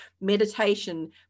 meditation